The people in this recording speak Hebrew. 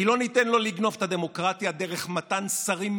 כי לא ניתן לו לגנוב את הדמוקרטיה דרך מתן שרים,